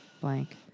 blank